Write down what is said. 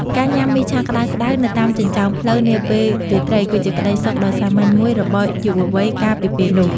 ការញ៉ាំមីឆាក្តៅៗនៅតាមចិញ្ចើមផ្លូវនាពេលរាត្រីគឺជាក្តីសុខដ៏សាមញ្ញមួយរបស់យុវវ័យកាលពីពេលនោះ។